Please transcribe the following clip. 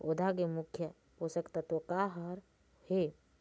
पौधा के मुख्य पोषकतत्व का हर हे?